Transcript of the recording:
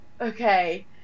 okay